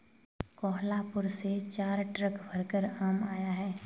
कोहलापुर से चार ट्रक भरकर आम आया है